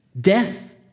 Death